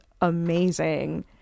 amazing